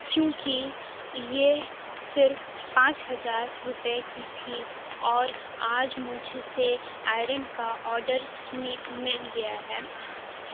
کیونکہ یہ صرف پانچ ہزار روپئے کی تھی اور آج مجھ سے آئرن کا آڈر مل گیا ہے